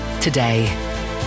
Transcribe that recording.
Today